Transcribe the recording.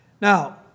Now